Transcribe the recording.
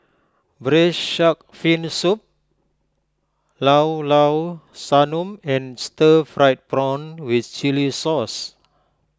Braised Shark Fin Soup Llao Llao Sanum and Stir Fried Prawn with Chili Sauce